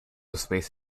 space